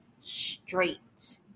straight